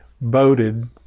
voted